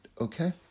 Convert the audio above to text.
okay